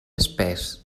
espès